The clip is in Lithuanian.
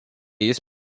jis